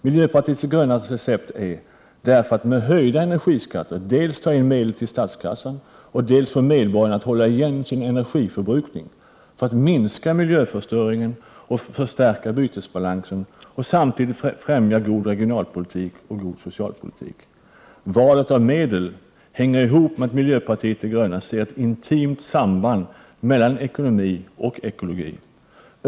Miljöpartiet de grönas recept är därför att med höjda energiskatter dels ta in medel till statskassan, dels få medborgarna att hålla igen sin energiförbrukning för att minska miljöförstöringen och förstärka bytesbalansen och samtidigt främja god regionalpolitik och socialpolitik. Valet av medel hänger ihop med att miljöpartiet de gröna ser ett intimt samband mellan ekonomi och ekologi.